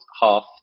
half